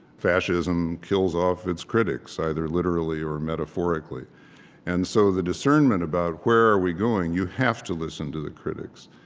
fascism kills off its critics, either literally or metaphorically and so the discernment about where are we going, you have to listen to the critics.